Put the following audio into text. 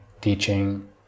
teaching